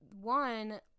one